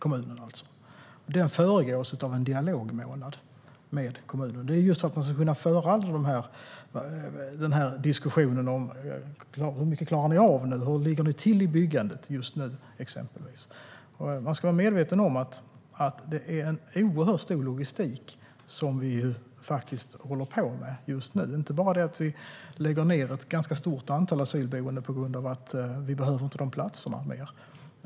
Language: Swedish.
De två månaderna föregås av en dialogmånad med kommunen, just för att det ska gå att föra diskussionen om hur mycket kommunen klarar av, exempelvis hur den ligger till i byggandet. Vi ska vara medvetna om att det är oerhört stor logistik vi håller på med just nu. Vi lägger inte bara ned ett ganska stort antal asylboenden på grund av att de platserna inte behövs längre.